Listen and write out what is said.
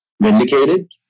vindicated